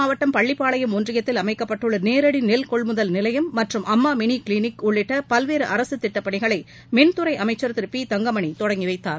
மாவட்டம் பள்ளிப்பாளையம் ஒன்றியத்தில் அமைக்கப்பட்டுள்ள நேரடி நெல் நாமக்கல் கொள்முதல் நிலையம் மற்றும் அம்மா மினி கிளினிக் உள்ளிட்ட பல்வேறு அரசுத் திட்டப்பணிகளை மின்துறை அமைச்சர் திரு பி தங்கமணி தொடங்கி வைத்தார்